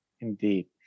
indeed